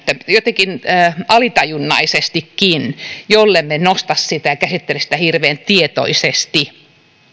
jotenkin alitajuntaisestikin jollemme nosta sitä ja käsittele sitä hirveän tietoisesti